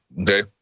okay